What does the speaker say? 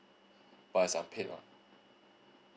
but is unpaid mah